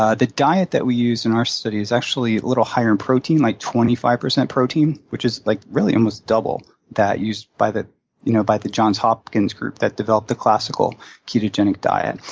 ah the diet that we use in our study is actually a little higher in protein, like twenty five percent protein, which is like really almost double that used by the you know by the johns hopkins group that developed the classical ketogenic diet.